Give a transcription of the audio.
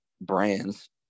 brands